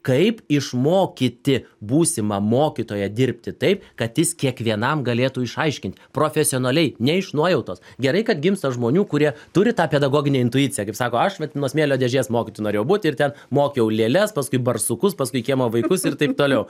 kaip išmokyti būsimą mokytoją dirbti taip kad jis kiekvienam galėtų išaiškint profesionaliai ne iš nuojautos gerai kad gimsta žmonių kurie turi tą pedagoginę intuiciją kaip sako aš vat nuo smėlio dėžės mokytoju norėjau būt ir ten mokiau lėles paskui barsukus paskui kiemo vaikus ir taip toliau